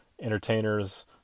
entertainers